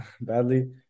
badly